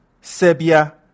Serbia